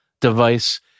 device